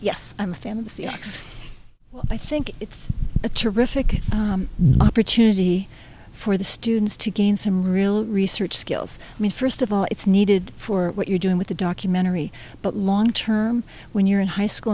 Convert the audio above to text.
yes i'm a fan of the x i think it's a terrific opportunity for the students to gain some real research skills i mean first of all it's needed for what you're doing with the documentary but long term when you're in high school